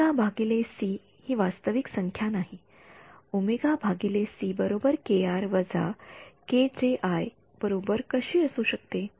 omega भागिले C वास्तविक संख्या नाही ओमेगा भागिले सी बरोबर केआर वजा जेकेआय बरोबर कशी असू शकते